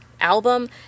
album